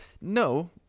no